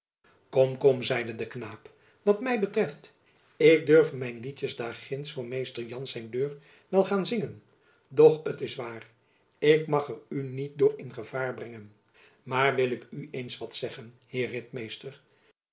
kom kom zeide de knaap wat my betreft ik durf mijn liedtjens daar ginds voor mr jan zijn deur wel gaan zingen doch t is waar ik mag jacob van lennep elizabeth musch er u niet door in gevaar brengen maar wil ik u eens wat zeggen heer ritmeester